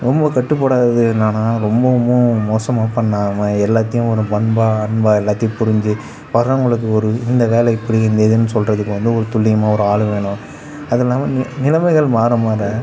ரொம்ப கட்டுப்படாதது என்னன்னா ரொம்பவும் மோசமாக பண்ண மாதிரி எல்லாத்தேயும் ஒரு பண்பாக அன்பாக எல்லாத்தேயும் புரிஞ்சு வரவங்களுக்கு ஒரு இந்த வேலை இப்படி இந்த இதுன்னு சொல்கிறதுக்கு வந்து ஒரு துல்லியமாக ஒரு ஆள் வேணும் அதுவும் இல்லாமல் நிலைமைகள் மாற மாற